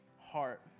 heart